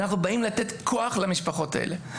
כי אנחנו באים לתת כוח למשפחות האלה.